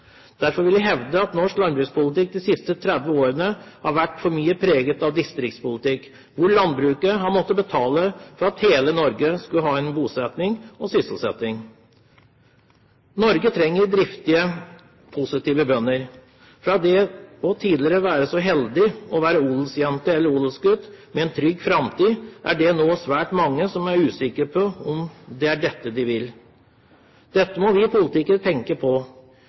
Derfor vil jeg hevde at norsk landbrukspolitikk de siste 30 årene har vært for mye preget av distriktspolitikk, hvor landbruket har måttet betale for at hele Norge skulle ha en bosetting og sysselsetting. Norge trenger driftige, positive bønder. Fra at man tidligere var så heldig å være odelsjente eller odelsgutt med en trygg framtid, er det nå svært mange som er usikre på om det er dette de vil. Dette må vi politikere tenke på.